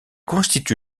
constitue